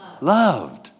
loved